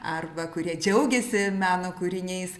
arba kurie džiaugiasi meno kūriniais